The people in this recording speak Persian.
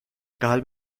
قلب